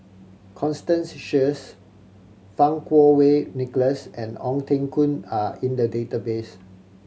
Constance Sheares Fang Kuo Wei Nicholas and Ong Teng Koon are in the database